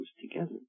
together